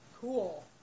cool